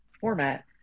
format